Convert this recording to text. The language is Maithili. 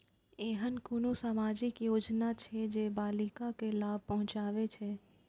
ऐहन कुनु सामाजिक योजना छे जे बालिका के लाभ पहुँचाबे छे?